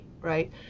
right